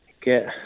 get